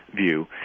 view